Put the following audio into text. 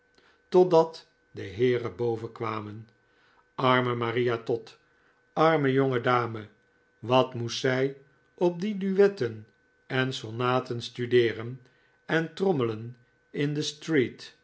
totdat de heeren boven kwamen arme maria todd arme jonge dame wat moest zij op die duetten en sonaten studeeren en trommelen in de street